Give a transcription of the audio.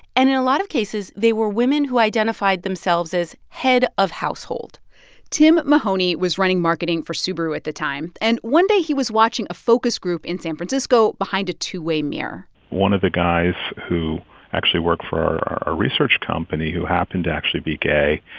and in a lot of cases, they were women who identified themselves as head of household tim mahoney was running marketing for subaru at the time. and one day, he was watching a focus group in san francisco behind a two-way mirror one of the guys who actually worked for our research company who happened to actually be gay,